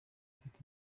ufite